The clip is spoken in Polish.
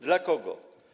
Dla kogo?